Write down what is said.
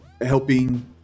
helping